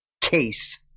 case